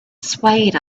swayed